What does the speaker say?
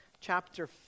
chapter